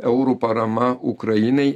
eurų parama ukrainai